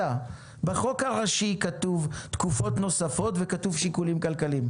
בחוק הראשי כתוב: תקופות נוספות וכתוב שיקולים כלכליים.